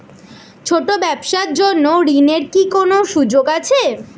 ছোট ব্যবসার জন্য ঋণ এর কি কোন সুযোগ আছে?